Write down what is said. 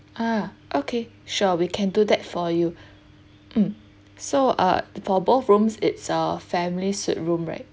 ah okay sure we can do that for you um so uh for both rooms it's uh family suite room right